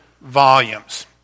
volumes